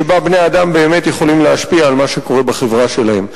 שבה בני-אדם באמת יכולים להשפיע על מה שקורה בחברה שלהם.